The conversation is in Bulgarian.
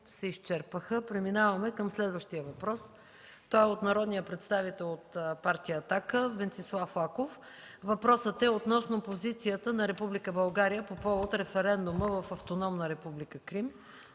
се изчерпаха. Преминаваме към следващия въпрос. Той е от народния представител от Партия „Атака” Венцислав Лаков. Въпросът е относно позицията на Република България по повод референдума в Автономна република